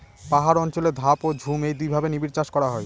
পাহাড় অঞ্চলে ধাপ ও ঝুম এই দুইভাবে নিবিড়চাষ করা হয়